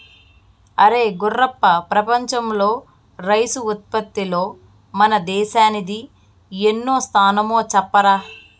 అరే గుర్రప్ప ప్రపంచంలో రైసు ఉత్పత్తిలో మన దేశానిది ఎన్నో స్థానమో చెప్పరా